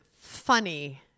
funny